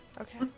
Okay